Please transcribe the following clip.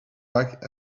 back